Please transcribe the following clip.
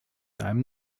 einem